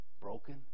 broken